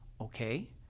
okay